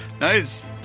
Nice